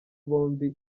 bombi